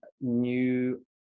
new